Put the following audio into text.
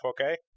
okay